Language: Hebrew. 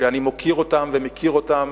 שאני מוקיר אותם ומכיר אותם